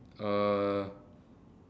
uh